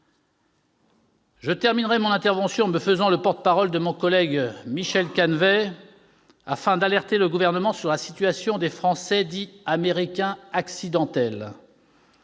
Je terminerai mon intervention en me faisant le porte-parole de mon collègue Michel Canevet, afin d'alerter le Gouvernement sur la situation des Français dits « Américains accidentels ».